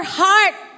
heart